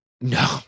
no